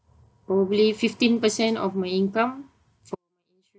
probably fifteen percent of my income for my insurance